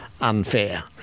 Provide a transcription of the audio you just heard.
unfair